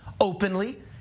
openly